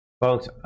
Folks